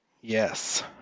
Yes